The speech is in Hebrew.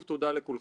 בבקשה.